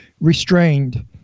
restrained